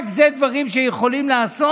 רק אלה דברים שיכולים לעשות.